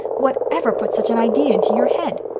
whatever put such an idea into your head?